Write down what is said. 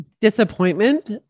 Disappointment